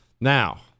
Now